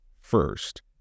first